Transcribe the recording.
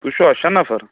تُہۍ چھُوا شےٚ نفر